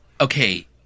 okay